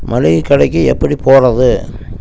மளிகை கடைக்கு எப்படி போகிறது